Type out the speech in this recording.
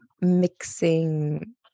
mixing